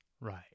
Right